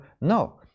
No